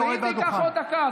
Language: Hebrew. ואם זה ייקח עוד דקה,